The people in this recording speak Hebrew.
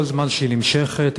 כל זמן שהיא נמשכת,